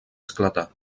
esclatar